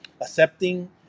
accepting